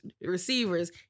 receivers